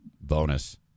bonus